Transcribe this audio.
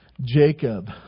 Jacob